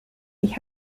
ich